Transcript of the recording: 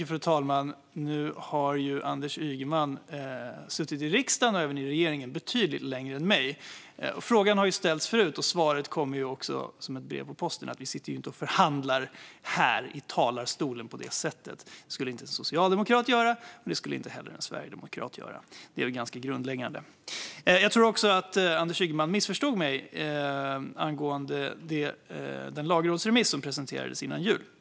Fru talman! Nu har Anders Ygeman suttit i riksdagen och även i regeringen betydligt längre än jag. Frågan har ställts förut, och svaret kommer också som ett brev på posten: Vi förhandlar inte här i talarstolen på det sättet. Det skulle inte en socialdemokrat göra, och det skulle inte heller en sverigedemokrat göra. Det är grundläggande. Jag tror också att Anders Ygeman missförstod mig angående den lagrådsremiss som presenterades innan jul.